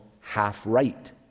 half-right